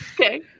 Okay